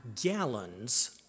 gallons